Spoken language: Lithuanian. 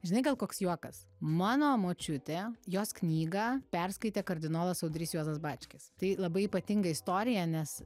žinai gal koks juokas mano močiutė jos knygą perskaitė kardinolas audrys juozas bačkis tai labai ypatinga istorija nes